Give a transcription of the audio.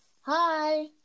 Hi